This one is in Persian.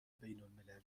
بینالمللی